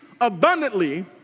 abundantly